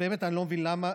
באמת אני לא מבין למה,